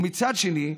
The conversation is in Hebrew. ומצד שני,